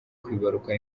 kwibaruka